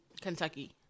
Kentucky